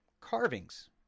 carvings